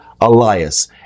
Elias